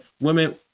women